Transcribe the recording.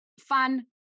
fun